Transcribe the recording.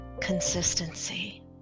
consistency